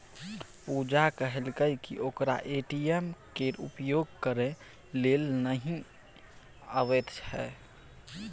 पुजा कहलकै कि ओकरा ए.टी.एम केर प्रयोग करय लेल नहि अबैत छै